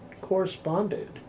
corresponded